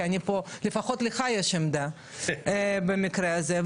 כי לפחות לך יש עמדה במקרה הזה.